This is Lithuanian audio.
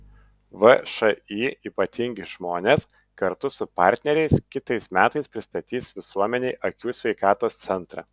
všį ypatingi žmonės kartu su partneriais kitais metais pristatys visuomenei akių sveikatos centrą